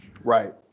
Right